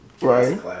right